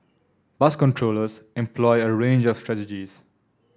bus controllers employ a range of strategies